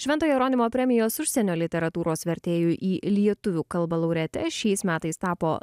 švento jeronimo premijos užsienio literatūros vertėjui į lietuvių kalbą laureate šiais metais tapo